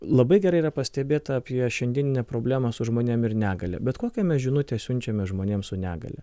labai gerai yra pastebėta apie šiandieninę problemą su žmonėm ir negalia bet kokią mes žinutę siunčiame žmonėms su negalia